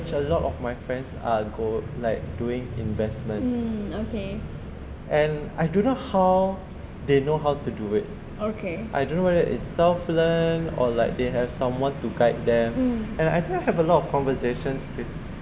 a lot of my friends are go~ like doing investments and I don't how they know how to do it I don't know whether is self learn or like they have someone to guide them and I think I have a lot of conversations with